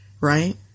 right